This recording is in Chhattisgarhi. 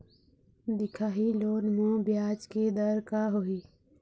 दिखाही लोन म ब्याज के दर का होही?